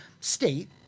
state